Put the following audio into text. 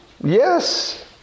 Yes